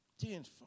Tenfold